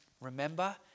remember